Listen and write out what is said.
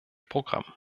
programm